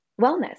wellness